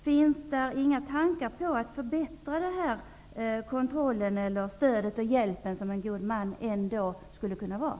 Finns det inga tankar på att förbättra kontrollen, förbättra den hjälp som en god man ändå skulle kunna vara?